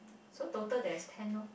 so total there's ten loh